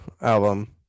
album